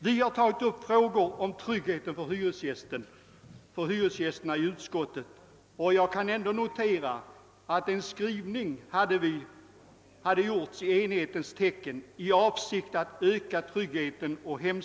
Vi har i utskottet tagit upp frågan om tryggheten för hyresgästerna, och jag kan nämna att en skrivning hade gjorts i enighetens tecken i avsikt att öka tryggheten för dem.